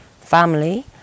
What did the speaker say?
family